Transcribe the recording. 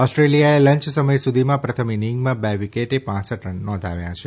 ઓસ્ટ્રેલિયાએ lunch સમય સુધીમાં પ્રથમ ઈનિંગમાં બે વિકેટ પાંસઠ રન નોધાવ્યા છે